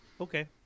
Okay